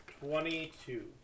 Twenty-two